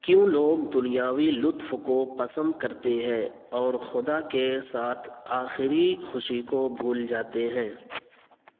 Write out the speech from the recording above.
کیوں لوگ دنیاوی لطف کو پسند کرتے ہیں اور خدا کے ساتھ آخری خوشی کو بھول جاتے ہیں